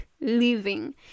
living